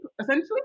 essentially